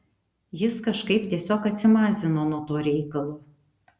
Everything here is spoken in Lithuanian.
jis kažkaip tiesiog atsimazino nuo to reikalo